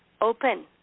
Open